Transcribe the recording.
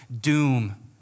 doom